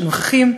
שנוכחים,